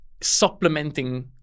supplementing